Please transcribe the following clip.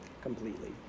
completely